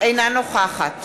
אינה נוכחת